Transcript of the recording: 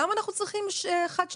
למה אנחנו צריכים חד-שנתי?